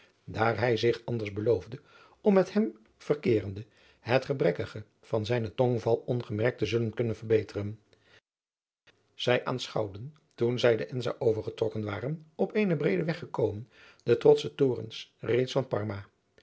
daar hij izich anders beloofde om met hem verkeerende het gebrekkige van zijnen tongval ongemerkt te zullen kunnen verbeteren zij aanschouwden toen zij de ensa overgetrokken waren op eenen breeden weg gekomen de trotsche torens reeds van parma